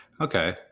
Okay